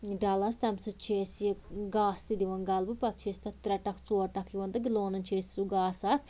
ڈلس تَمہِ سۭتۍ چھِ أسۍ یہِ گاسہٕ دِوان گلبہٕ پتہٕ چھِ أسۍ تتھ ترٛےٚ ٹکھ ژور ٹکھ دِوان تہٕ لونان چھِ أسۍ سُہ گاسہٕ اَتھ